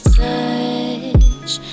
touch